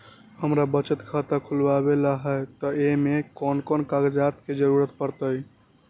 हमरा बचत खाता खुलावेला है त ए में कौन कौन कागजात के जरूरी परतई?